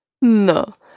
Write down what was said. No